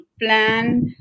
plan